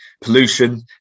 pollution